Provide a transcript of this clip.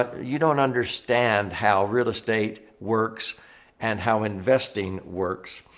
ah you don't understand how real estate works and how investing works.